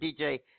DJ